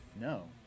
No